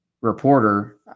reporter